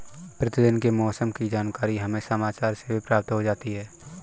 प्रतिदिन के मौसम की जानकारी हमें समाचार से भी प्राप्त हो जाती है